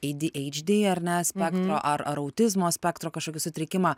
ei dy eidž dy ar ne spektro ar ar autizmo spektro kažkokį sutrikimą